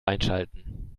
einschalten